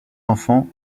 enfants